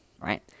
right